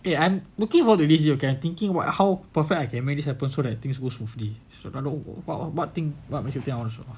and I looking forward for this you can thinking what how perfect I can make this happen so that things go smoothly so what what what thing what makes you think I want to show off